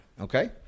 Okay